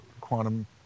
quantum